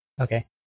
Okay